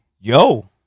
yo